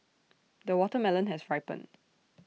the watermelon has ripened